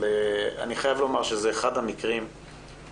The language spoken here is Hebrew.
אני חייב לומר שזה אחד המקרים שלכולנו,